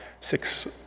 six